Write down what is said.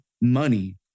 money